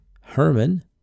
Herman